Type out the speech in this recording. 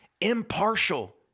impartial